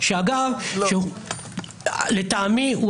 לא --- לטעמי,